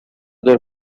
their